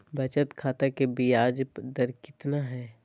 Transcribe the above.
बचत खाता के बियाज दर कितना है?